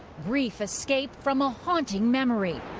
brief escape from a haunting memory.